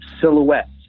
silhouette